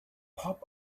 pop